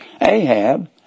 Ahab